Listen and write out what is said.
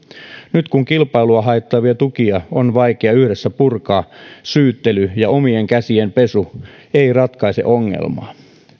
nyt kun kilpailua haittaavia tukia on vaikea yhdessä purkaa syyttely ja omien käsien pesu ei ratkaise ongelmaa